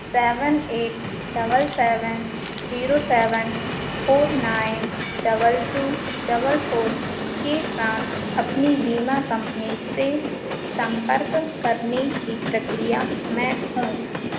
seven eight double seven zero seven four nine double two double four के साथ अपनी बीमा कंपनी से संपर्क करने की प्रक्रिया में हूँ